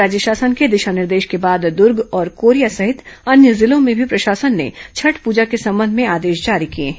राज्य शासन के दिशा निर्देश के बाद दूर्ग और कोरिया सहित अन्य जिलों में भी प्रशासन ने छठ पूजा के संबंध में आदेश जारी किए हैं